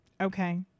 Okay